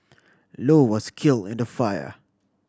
low was kill in the fire